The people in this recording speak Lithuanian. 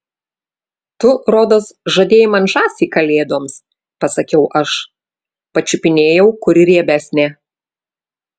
tu rodos žadėjai man žąsį kalėdoms pasakiau aš pačiupinėjau kuri riebesnė